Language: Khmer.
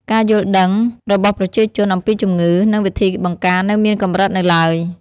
ការយល់ដឹងរបស់ប្រជាជន អំពីជំងឺ និងវិធីបង្ការនៅមានកម្រិតនៅឡើយ។